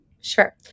Sure